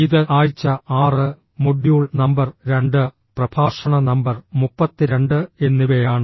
ഇത് ആഴ്ച 6 module number 2 പ്രഭാഷണ നമ്പർ 32 എന്നിവയാണ്